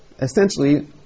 essentially